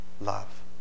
love